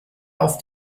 auf